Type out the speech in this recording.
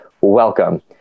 welcome